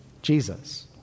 Jesus